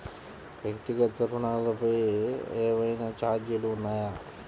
వ్యక్తిగత ఋణాలపై ఏవైనా ఛార్జీలు ఉన్నాయా?